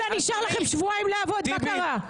נשארו לכם בסך הכול שבועיים לעבוד, מה קרה?